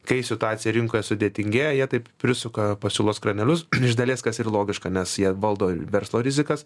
kai situacija rinkoje sudėtingėjo jie taip prisuka pasiūlos kranelius iš dalies kas ir logiška nes jie valdo verslo rizikas